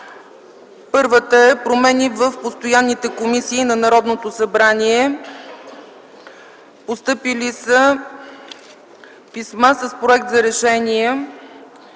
състава на постоянни комисии на Народното събрание. (Постъпили са писма с проекти за решения